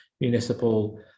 municipal